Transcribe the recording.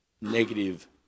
negative